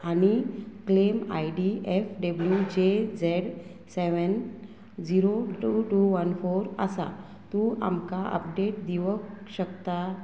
आनी claim I D F W J Z seven zero two two one four आसा तूं आमकां update दिवंक शकता